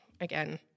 again